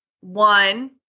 One